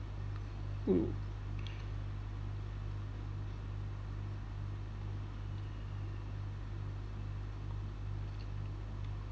who